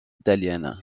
italienne